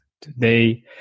Today